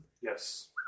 Yes